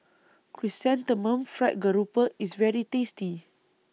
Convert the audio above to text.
Chrysanthemum Fried Grouper IS very tasty